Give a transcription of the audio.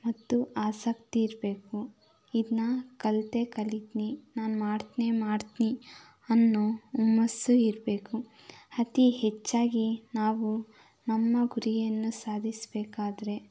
ಮತ್ತು ಆಸಕ್ತಿ ಇರಬೇಕು ಇದನ್ನ ಕಲಿತೇ ಕಲಿತಿನಿ ನಾನು ಮಾಡ್ತಿನೇ ಮಾಡ್ತೀನಿ ಅನ್ನೊ ಹುಮ್ಮಸ್ಸು ಇರಬೇಕು ಅತೀ ಹೆಚ್ಚಾಗಿ ನಾವು ನಮ್ಮ ಗುರಿಯನ್ನು ಸಾಧಿಸಬೇಕಾದ್ರೆ